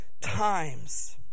times